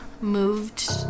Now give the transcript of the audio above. moved